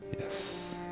Yes